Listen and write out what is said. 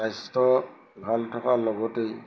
স্বাস্থ্য ভাল থকাৰ লগতেই